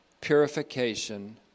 purification